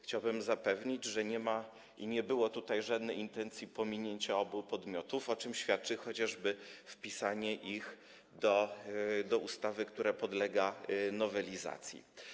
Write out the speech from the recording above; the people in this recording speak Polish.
Chciałbym zapewnić, że nie ma i nie było tutaj żadnej intencji pominięcia obu podmiotów, o czym świadczy chociażby wpisanie ich do ustawy, która podlega nowelizacji.